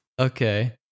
Okay